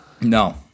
No